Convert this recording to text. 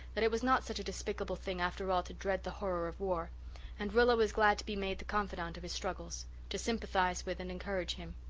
that it was not such a despicable thing after all to dread the horror of war and rilla was glad to be made the confidante of his struggles to sympathize with and encourage him.